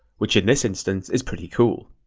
which in this instance is pretty cool.